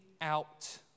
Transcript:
out